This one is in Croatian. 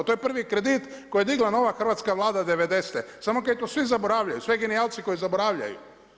To je prvi kredit koji je digla nova hrvatska vlada devedesete samo kaj to svi zaboravljaju, sve genijalci koji zaboravljaju.